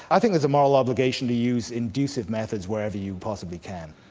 i think there's a moral obligation to use inducive methods wherever you possibly can.